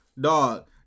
dog